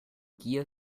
gier